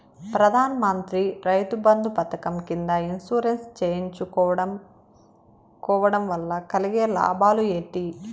ప్రధాన మంత్రి రైతు బంధు పథకం కింద ఇన్సూరెన్సు చేయించుకోవడం కోవడం వల్ల కలిగే లాభాలు ఏంటి?